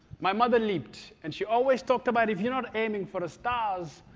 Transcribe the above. my mother leaped. and she always talked about if you're not aiming for the stars,